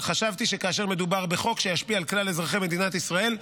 אבל חשבתי שכאשר מדובר בחוק שישפיע על כלל אזרחי מדינת ישראל,